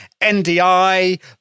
NDI